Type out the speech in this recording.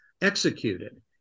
executed